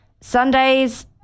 Sundays